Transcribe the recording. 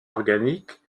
organique